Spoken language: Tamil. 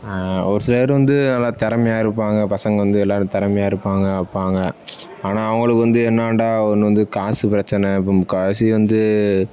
ஒரு சிலர் வந்து நல்லா திறமையா இருப்பாங்கள் பசங்கள் வந்து எல்லாரும் திறமையா இருப்பாங்கள் பாங்க ஆனால் அவங்களுக்கு வந்து என்னன்டா ஒன்று வந்து காசு பிரச்சனை இப்போ முக்கால்வாசி வந்து